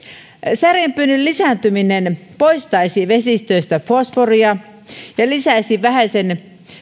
särjenpyynnin lisääntyminen poistaisi vesistöistä fosforia ja lisäisi vähäisesti